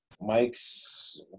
Mike's